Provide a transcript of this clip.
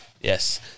Yes